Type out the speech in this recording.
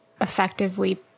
effectively